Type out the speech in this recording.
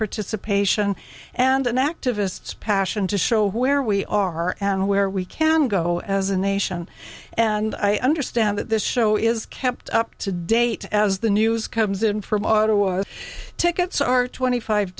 participation and activists passion to show where we are and where we can go as a nation and i understand that this show is kept up to date as the news comes in from ottawa tickets are twenty five